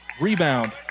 Rebound